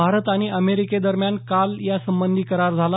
भारत आणि अमेरिकेदरम्यान काल या संबंधी करार झाला